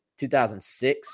2006